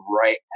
right